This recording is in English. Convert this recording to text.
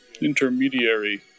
intermediary